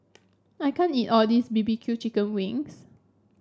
I can't eat all this B B Q Chicken Wings